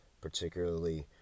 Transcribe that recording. particularly